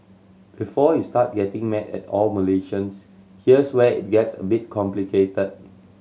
before you start getting mad at all Malaysians here's where it gets a bit complicated